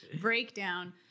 breakdown